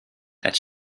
that